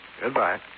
Goodbye